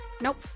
Nope